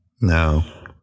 No